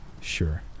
Sure